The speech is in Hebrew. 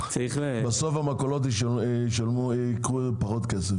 בסוף המכולות ייקחו פחות כסף.